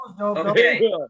Okay